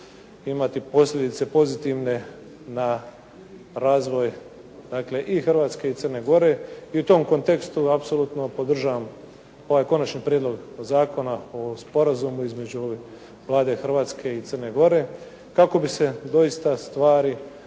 imati posljedice pozitivne na razvoj i Hrvatske i Crne Gore. I u tom kontekstu apsolutno podržavam ovaj Konačni prijedlog Zakona o sporazumu između Vlade Hrvatske i Crne Gore kako bi se doista stvari